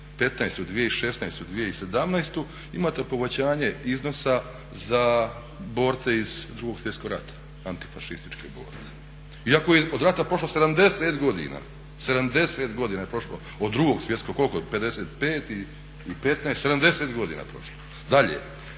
2015., 2016., 2017. imate povećanje iznosa za borce iz Drugog svjetskog rata, antifašističke borce. Iako je od rata prošlo 70 godina, 70 godina je prošlo od Drugog svjetskog, 70 godina je prošlo. Dalje,